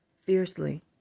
fiercely